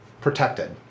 protected